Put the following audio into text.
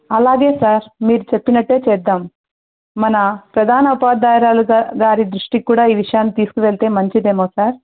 అలాగే సార్ మీరు చెప్పినట్టు చేద్దాం మన ప్రధాన ఉపాధ్యాయురాల దారి దృష్టికి కూడా ఈ విషయాన్ని తీసుకు వెళ్తే మంచిది ఏమో సార్